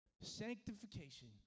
Sanctification